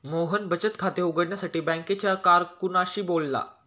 मोहन बचत खाते उघडण्यासाठी बँकेच्या कारकुनाशी बोलला